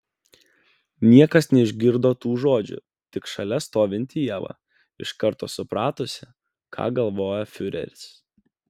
niekas neišgirdo tų žodžių tik šalia stovinti ieva iš karto supratusi ką galvoja fiureris